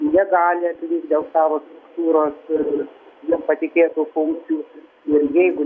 negali atvykt dėl savo struktūros ir jiem patikėtų funkcijų ir jeigu